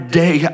day